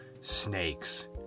snakes